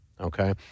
okay